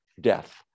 death